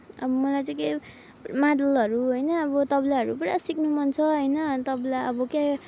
अब मलाई चाहिँ के मादलहरू होइन अब तबलाहरू पुरा सिक्नु मन छ होइन तबला अब के